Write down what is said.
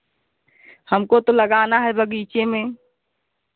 हमको तो लगाना है बगीचे में